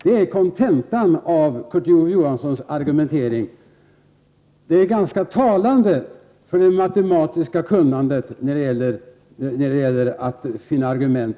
Det är kontentan av Kurt Ove Johanssons argumentering. Det är ganska talande för det matematiska kunnandet när Kurt Ove Johansson skall finna argument.